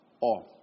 off